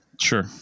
Sure